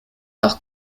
auch